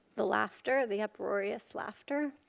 the laughter, the uproarious laughter